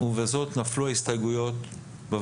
הצבעה ההסתייגויות לא נתקבלו ההסתייגויות לא נתקבלו.